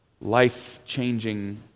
life-changing